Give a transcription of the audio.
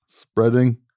Spreading